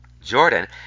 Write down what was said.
Jordan